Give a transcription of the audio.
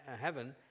Heaven